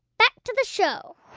but to the show